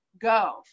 go